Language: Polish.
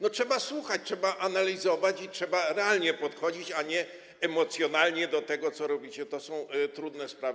No, trzeba słuchać, trzeba analizować i trzeba realnie podchodzić, a nie emocjonalnie do tego, co robicie, to są trudne sprawy.